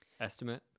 Estimate